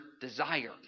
desire